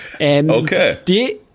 Okay